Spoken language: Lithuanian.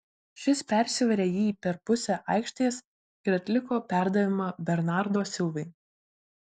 šis persivarė jį per pusę aikštės ir atliko perdavimą bernardo silvai